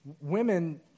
Women